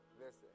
Listen